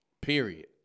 Period